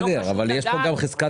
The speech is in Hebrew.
בסדר, אבל יש כאן גם חזקת החפות.